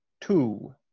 two